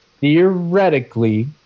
Theoretically